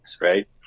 right